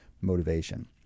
motivation